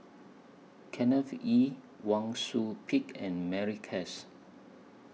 Kenneth Kee Wang Sui Pick and Mary Klass